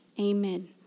Amen